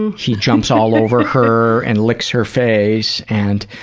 and she jumps all over her, and licks her face and